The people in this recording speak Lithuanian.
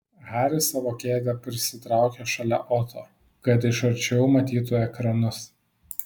haris savo kėdę prisitraukė šalia oto kad iš arčiau matytų ekranus